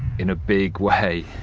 in a big way.